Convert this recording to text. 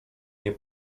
nie